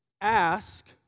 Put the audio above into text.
ask